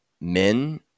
men